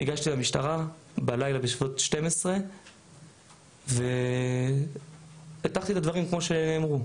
ניגשתי למשטרה בלילה בסביבות 00:00 ופתחתי את הדברים כמו שנאמרו.